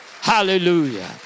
hallelujah